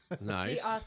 Nice